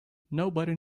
nobody